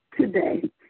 today